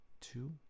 two